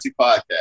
podcast